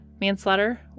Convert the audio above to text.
manslaughter